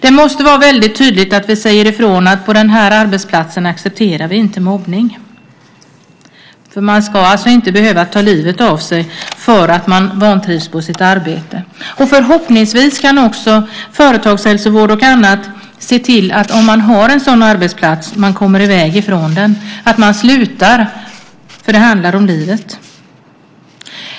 Vi måste tydligt säga ifrån att på en viss arbetsplats accepteras inte mobbning. Man ska inte behöva ta livet av sig för att man vantrivs på sitt arbete. Förhoppningsvis kan företagshälsovården se till att man kommer i väg från en sådan arbetsplats, att man slutar. Det handlar om livet.